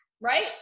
right